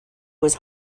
was